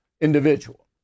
individual